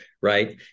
right